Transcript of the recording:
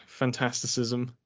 fantasticism